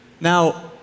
Now